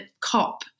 COP